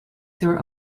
their